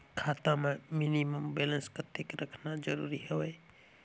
खाता मां minimum balance कतेक रखना जरूरी हवय?